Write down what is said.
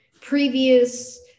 previous